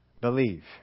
believe